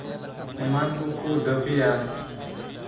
ᱮᱢᱟᱱ ᱠᱚᱠᱚ ᱫᱟᱹᱵᱤᱭᱟ